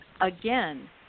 Again